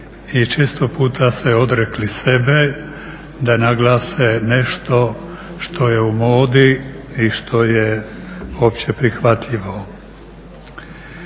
i često puta se odrekli sebe da naglase nešto što je u modi i što je opće prihvatljivo.